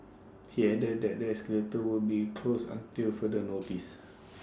he added that the escalator would be closed until further notice